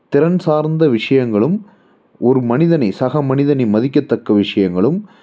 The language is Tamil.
திறன் சார்ந்த விஷயங்களும் ஒரு மனிதனை சக மனிதனை மதிக்கத்தக்க விஷயங்களும்